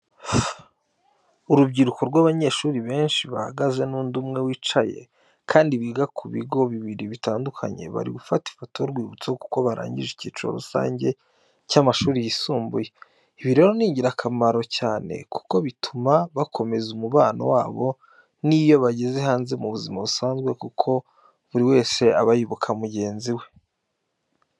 Urubyiruko rw'abanyeshuri benshi bahagaze n'undi umwe wicaye, kandi biga ku bigo bibiri bitandukanye bari gufata ifoto y'urwibutso kuko barangije icyiciro rusange cy'amashuri yisumbuye. Ibi rero ni ingirakamaro cyane kuko bituma bakomeza umubano wabo n'iyo bageze hanze mu buzima busanzwe kuko buri wese aba yibuka mugenzi we.